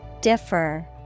Differ